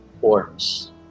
forms